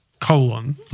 colon